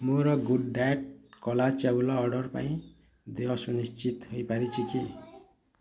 ମୋର good diet କଳା ଚାଉଳ ଅର୍ଡ଼ର୍ ପାଇଁ ଦେୟ ସୁନିଶ୍ଚିତ ହୋଇଯାଇଛି କି